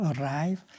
arrive